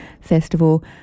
festival